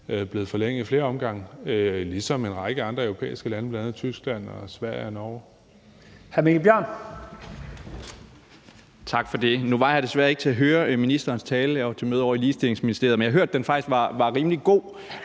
er blevet forlænget i flere omgange, ligesom en række andre europæiske lande, bl.a. Tyskland, Sverige og Norge,